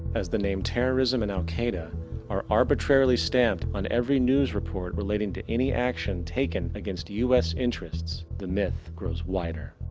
as the name terrorism and al qaida are arbitrarilly stamped on every news report relating to any action taken against us interests the myth grows wider.